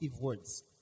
words